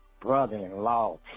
brother-in-law